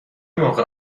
موقع